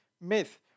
myth